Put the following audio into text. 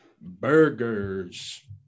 Burgers